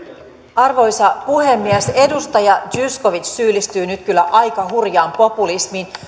arvoisa puhemies edustaja zyskowicz syyllistyy nyt kyllä aika hurjaan populismiin